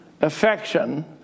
affection